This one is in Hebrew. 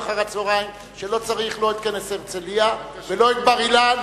שלא צריך לא את כנס הרצלייה ולא את בר-אילן